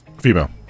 Female